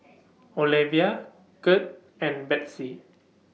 Olevia Kurt and Betsey